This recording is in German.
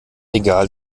egal